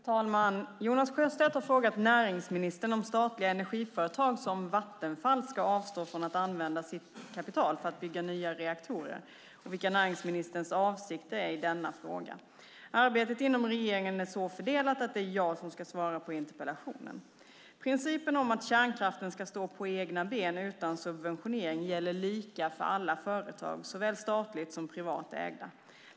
Herr talman! Jonas Sjöstedt har frågat näringsministern om statliga energiföretag som Vattenfall ska avstå från att använda sitt kapital för att bygga nya reaktorer, och vilka näringsministerns avsikter är i denna fråga. Arbetet inom regeringen är så fördelat att det är jag som ska svara på interpellationen. Principen om att kärnkraften ska stå på egna ben utan subventionering gäller lika för alla företag, såväl statligt som privat ägda.